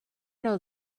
know